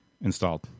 installed